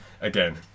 again